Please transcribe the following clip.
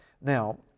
Now